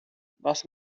was